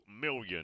million